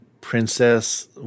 Princess